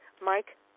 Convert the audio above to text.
Mike